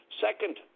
Second